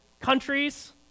countries